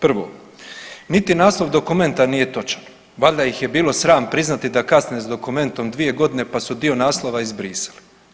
Prvo, niti naslov dokumenta nije točan valjda ih je bilo sram priznati da kasne s dokumentom 2 godine pa su dio naslova izbrisali.